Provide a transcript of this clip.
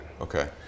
Okay